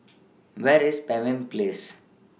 Where IS Pemimpin Place